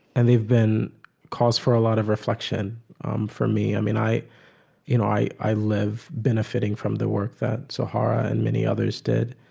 and they've been cause for a lot of reflection for me. i mean, you know, i i live benefiting from the work that zoharah and many others did.